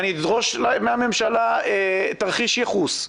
ואני אדרוש מהממשלה תרחיש ייחוס.